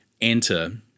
enter